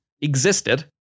existed